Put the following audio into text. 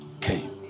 came